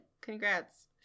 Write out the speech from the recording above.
Congrats